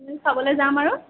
এদিন খাবলৈ যাম আৰু